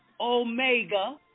Omega